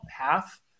half